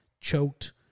choked